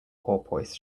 porpoise